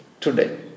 today